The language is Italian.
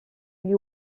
gli